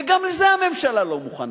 וגם לזה הממשלה לא מוכנה.